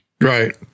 Right